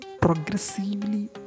progressively